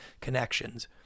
connections